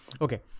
okay